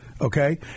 okay